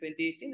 2018